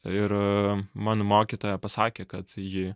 ir man mokytoja pasakė kad ji